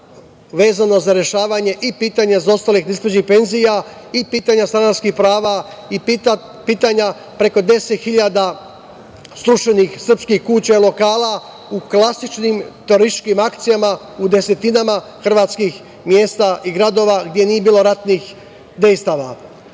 vezano za rešavanje i pitanja zaostalih neisplaćenih penzija i pitanja stanarskih prava i pitanja preko 10 hiljada srušenih srpskih kuća i lokala u klasičnim terorističkim akcijama u desetinama hrvatskih mesta i gradova gde nije bilo ratnih dejstava. Druga